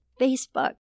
Facebook